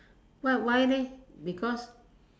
what why leh because